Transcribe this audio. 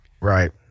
Right